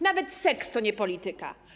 Nawet seks to nie polityka.